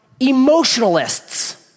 emotionalists